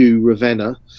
Ravenna